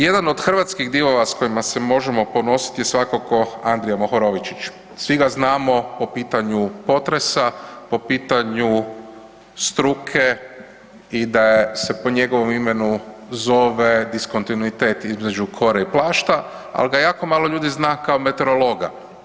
Jedan od hrvatskih divova s kojima se možemo ponositi je svakako Andrija Mohorovičić, svi ga znamo po pitanju potresa, po pitanju struke i da se po njegovom imenu zove diskontinuitet između kore i plašta, al ga jako malo ljudi zna kao meteorologa.